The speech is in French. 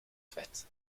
faite